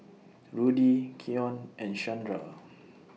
Rudy Keion and Shandra